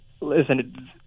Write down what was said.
listen